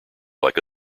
like